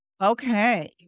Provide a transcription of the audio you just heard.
Okay